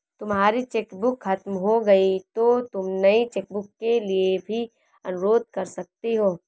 तुम्हारी चेकबुक खत्म हो गई तो तुम नई चेकबुक के लिए भी अनुरोध कर सकती हो